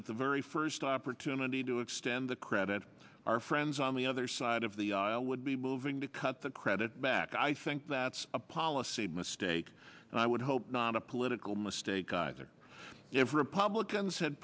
at the very first opportunity to extend the credit our friends on the other side of the aisle would be moving to cut the credit back i think that's a policy mistake and i would hope not a political mistake either if republicans had